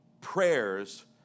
prayers